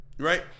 Right